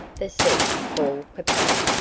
the said paul capel.